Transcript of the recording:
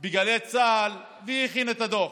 בגלי צה"ל והכינה את הדוח,